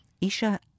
Isha